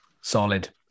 Solid